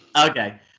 Okay